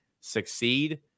succeed